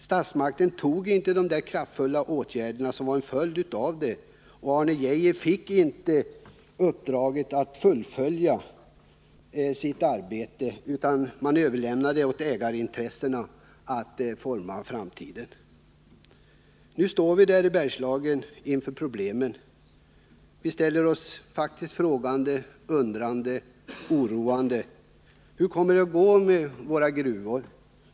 Statsmakterna vidtog inte de kraftfulla åtgärder som hade behövts. Arne Geijer fick inte fullfölja sitt uppdrag, utan man överlät åt ägarintressena att forma framtiden. Nu står vi i Bergslagen inför problemen. Vi ställer oss frågande, undrande, oroande: Hur kommer det att gå med våra gruvor?